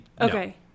Okay